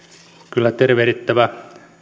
kyllä tervehdittävä